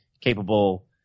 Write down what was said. capable